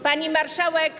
Pani Marszałek!